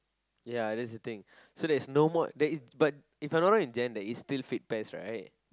ya that's a thing so there is no more there is but If I'm not wrong in Jan there is sitll right